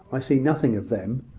i see nothing of them.